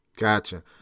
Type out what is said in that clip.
Gotcha